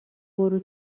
برو